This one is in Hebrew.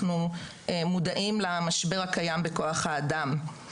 אנחנו מודעים למשבר הקיים בכוח האדם.